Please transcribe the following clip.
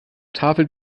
tafel